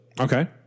Okay